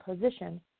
position